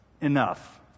Enough